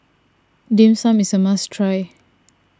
Dim Sum is a must try